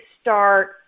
start